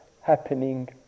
happening